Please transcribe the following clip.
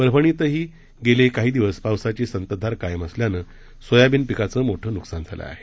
परभणीतही गेले काही दिवस पावसाची संततधार कायम असल्यानं सोयाबीन पिकांचं मोठं नुकसान झालं आहे